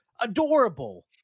Adorable